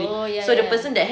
oh ya ya ya